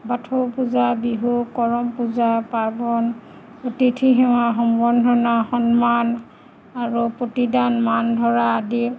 বাথৌ পূজা বিহু কৰম পূজা পাৰ্বণ অতিথি সেৱা সম্বন্ধনা সন্মান আৰু প্ৰতিদান মান ধৰা আদি